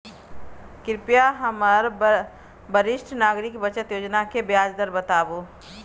कृपया हमरा वरिष्ठ नागरिक बचत योजना के ब्याज दर बताबू